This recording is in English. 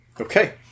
Okay